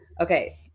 Okay